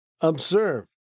observe